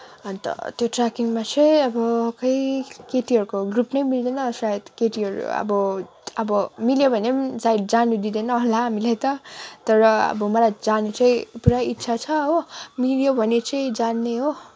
अन्त त्यो ट्रेकिङमा चाहिँ अब खै केटीहरूको ग्रुप नै मिल्दैन सायद केटीहरू अब अब मिल्यो भने नि जानु दिँदैन होला हामीलाई त तर अब मलाई जानु चाहिँ पुरा इच्छा छ हो मिल्यो भने चाहिँ जाने हो